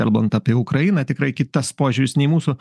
kalbant apie ukrainą tikrai kitas požiūris nei mūsų